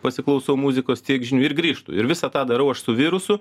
pasiklausau muzikos tiek žinių ir grįžtu ir visą tą darau aš su virusu